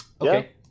Okay